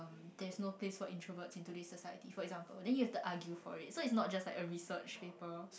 there's no place for introverts in today's society for example then you have to argue for it so it's not just like a research paper